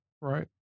Right